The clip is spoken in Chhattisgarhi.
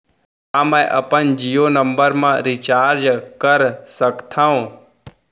का मैं अपन जीयो नंबर म रिचार्ज कर सकथव?